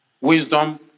Wisdom